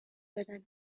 بدم